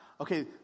okay